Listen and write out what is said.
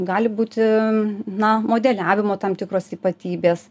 gali būti na modeliavimo tam tikros ypatybės